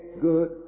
good